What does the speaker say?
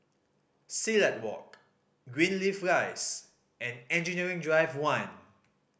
Silat Walk Greenleaf Rise and Engineering Drive One